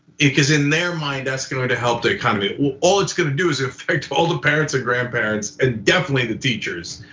because in their mind, that's gonna gonna help the economy. all it's gonna do is effect all the parents and grandparents and definitely the teachers.